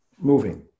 moving